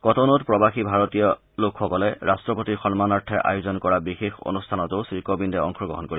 কটনৌত প্ৰবাসী ভাৰতীয় লোকসকলে ৰট্ৰপতিৰ সন্মানাৰ্থে আয়োজন কৰা বিশেষ অনুষ্ঠানতো শ্ৰীকবিন্দে অংশগ্ৰহণ কৰিব